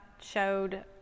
showed